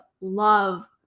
love